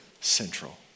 central